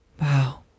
Wow